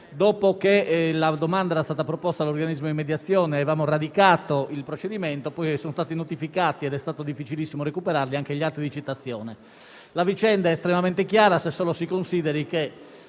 dopo che la domanda era stata proposta all'organismo di mediazione e avevamo radicato il procedimento, sono stati poi notificati, ed è stato difficilissimo recuperarli, anche gli atti di citazione. La vicenda è estremamente chiara se solo si considera che